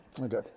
Okay